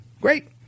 Great